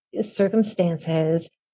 circumstances